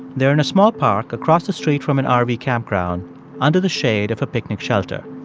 they're in a small park across the street from an ah rv campground under the shade of a picnic shelter.